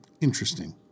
interesting